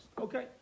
okay